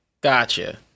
Gotcha